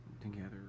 together